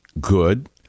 good